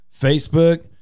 Facebook